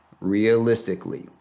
realistically